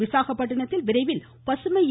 விசாகப்பட்டினத்தில் விரைவில் பசுமை எ